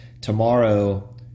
Tomorrow